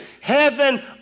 Heaven